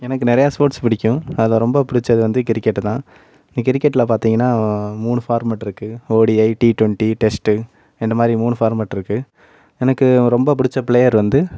எனக்கு நிறையா ஸ்போர்ட்ஸ் பிடிக்கும் அதில் ரொம்ப பிடிச்சது வந்து கிரிக்கெட்டு தான் கிரிக்கெட்ல பார்த்திங்கனா மூணு ஃபார்மெட்டு இருக்குது ஓடிஐ டி ட்வெண்டி டெஸ்ட்டு இந்தமாதிரி மூணு ஃபார்மெட் இருக்குது எனக்கு ரொம்ப பிடிச்ச ப்ளேயர் வந்து